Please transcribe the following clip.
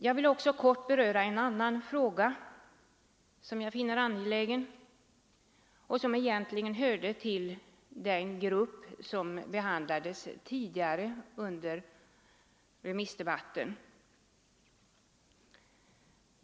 Jag vill också kort beröra en annan fråga som jag finner angelägen och som egentligen hör till en grupp som behandlats tidigare under den allmänpolitiska debatten.